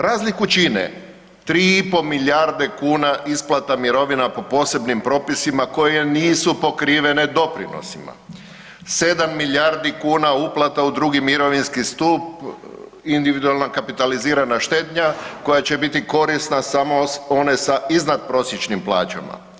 Razliku čine 3,5 milijarde kuna isplata mirovina po posebnim propisima koje nisu pokrivene doprinosima, 7 milijardi kuna uplata u II. mirovinski stup, individualna kapitalizirana štednja koja će biti korisna samo one sa iznadprosječnim plaćama.